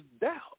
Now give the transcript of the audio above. doubt